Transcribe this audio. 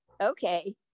okay